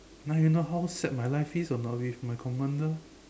now you know how sad my life is or not with my commander